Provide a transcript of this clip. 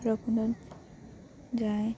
ভৈৰৱকুণ্ডত যায়